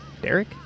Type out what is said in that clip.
Derek